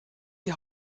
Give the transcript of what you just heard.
die